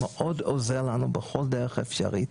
מאוד עוזר לנו בכל דרך אפשרית,